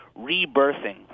rebirthing